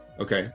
Okay